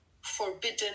forbidden